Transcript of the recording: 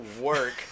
work